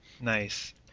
Nice